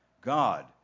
God